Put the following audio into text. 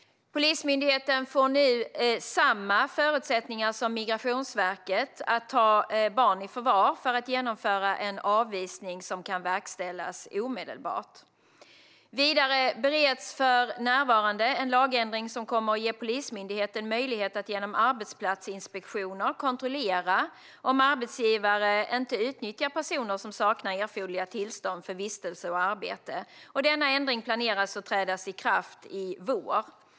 Polismyndigheten får nu också samma förutsättningar som Migrationsverket att ta barn i förvar för att genomföra en avvisning som kan verkställas omedelbart. Vidare bereds för närvarande en lagändring som kommer att ge Polismyndigheten möjlighet att genom arbetsplatsinspektioner kontrollera att arbetsgivare inte utnyttjar personer som saknar erforderliga tillstånd för vistelse och arbete. Denna ändring planeras träda i kraft i vår.